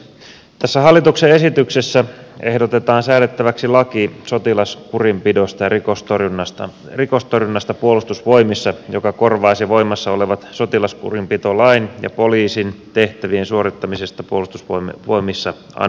tässä hallituksen esityksessä ehdotetaan säädettäväksi laki sotilaskurinpidosta ja rikostorjunnasta puolustusvoimissa joka korvaisi voimassa olevat sotilaskurinpitolain ja poliisin tehtävien suorittamisesta puolustusvoimissa annetun lain